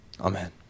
Amen